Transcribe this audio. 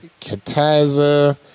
Katiza